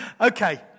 Okay